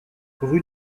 rue